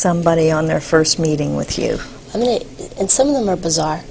somebody on their first meeting with you i mean and some of them are bizarre